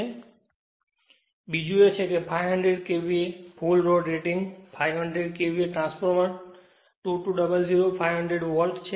તેથી બીજું એ છે કે 500 KVA આ એક full load rating 500 KVA transformer R2200 500 volt છે